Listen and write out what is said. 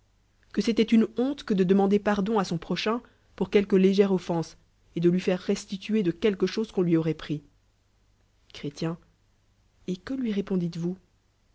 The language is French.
que c'étoit une honte que de demander pardon à son pro chain pour quelque légére offense et de lui faire restitution de quelque chose qu'on lui anroit pris glu él etque lui